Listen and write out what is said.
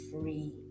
free